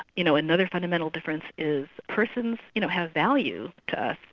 you know another fundamental difference is persons you know have value to us,